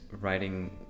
writing